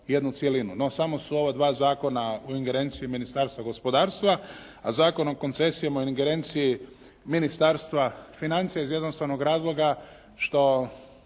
jednu cjelinu. No, samo su ova dva zakona u ingerenciji Ministarstva gospodarstva, a Zakon o koncesijama i ingerenciji Ministarstva financija iz jednostavnog razloga što